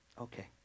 Okay